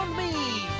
me!